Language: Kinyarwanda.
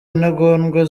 intagondwa